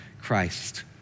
Christ